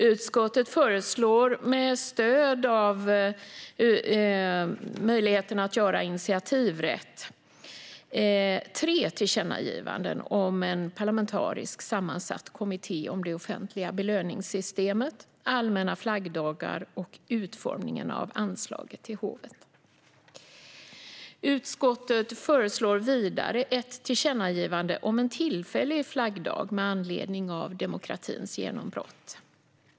Utskottet föreslår med stöd av initiativrätten tre tillkännagivanden om en parlamentariskt sammansatt kommitté om det offentliga belöningssystemet, allmänna flaggdagar och utformningen av anslaget till hovet. Utskottet föreslår vidare ett tillkännagivande om en tillfällig flaggdag med anledning av demokratins genombrott.